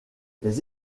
les